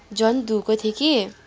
झन धुएको थिएँ कि